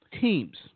teams